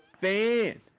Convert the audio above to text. fan